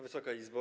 Wysoka Izbo!